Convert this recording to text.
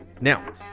Now